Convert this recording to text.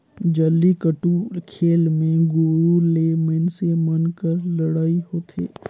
जल्लीकट्टू खेल मे गोरू ले मइनसे मन कर लड़ई होथे